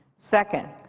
second,